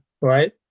right